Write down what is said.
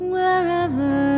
Wherever